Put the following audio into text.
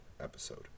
episode